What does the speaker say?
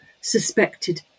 suspected